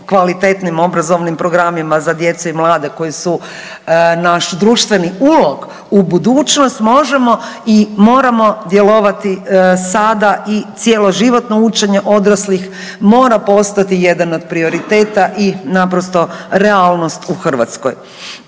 kvalitetnim obrazovnim programima za djecu i mlade koji su naš društveni ulog u budućnost možemo i moramo djelovati sada i cjeloživotno učenje odraslih mora postati jedan od prioriteta i naprosto realnost u Hrvatskoj.